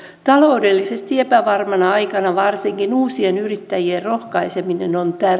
taloudellisesti epävarmana aikana varsinkin uusien yrittäjien rohkaiseminen on